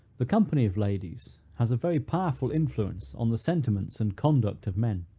the company of ladies has a very powerful influence on the sentiments and conduct of men.